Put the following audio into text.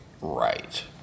right